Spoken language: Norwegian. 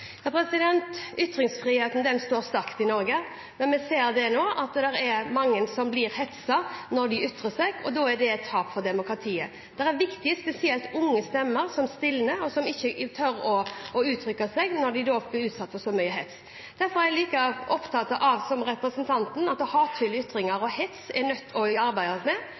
Ytringsfriheten står sterkt i Norge, men vi ser nå at det er mange som blir hetset når de ytrer seg, og det er et tap for demokratiet. Det er viktige stemmer – spesielt unge stemmer – som stilner, og som ikke tør å uttrykke seg når de blir utsatt for så mye hets. Derfor er jeg – like mye som representanten Sem-Jacobsen – opptatt av at man er nødt til å arbeide med hatefulle ytringer og hets, og jeg er